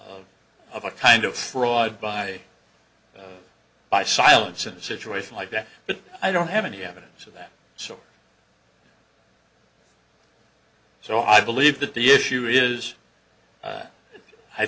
of of a kind of fraud by by silence in a situation like that but i don't have any evidence of that so so i believe that the issue is